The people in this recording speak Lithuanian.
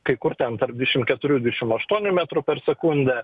kai kur ten tarp dvidešim keturių dvidešim aštuonių metrų per sekundę